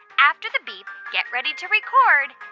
after the beep, get ready to record